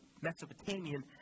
Mesopotamian